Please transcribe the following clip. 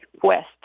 quest